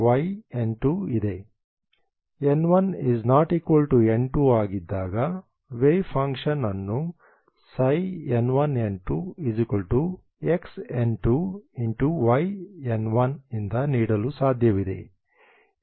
n1 ≠ n2 ಆಗಿದ್ದಾಗ wave function ಅನ್ನು n1n2Xn2Yn1 ಇಂದ ನೀಡಲು ಸಾಧ್ಯವಿದೆ